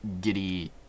giddy